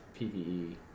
PVE